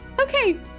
Okay